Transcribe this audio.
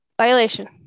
Violation